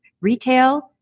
retail